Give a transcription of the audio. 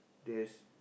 there's